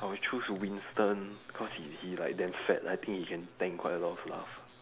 I would choose Winston cause he he like damn fat I think he can tank quite a lot of